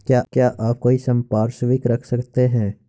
क्या आप कोई संपार्श्विक रख सकते हैं?